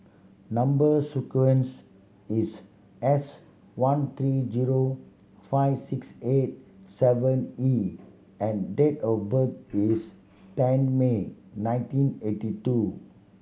number sequence is S thirteen zero five six eight seven E and date of birth is ten May nineteen eighty two